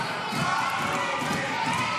בושה.